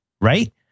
Right